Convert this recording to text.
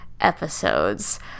episodes